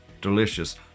Delicious